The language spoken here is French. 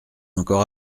encore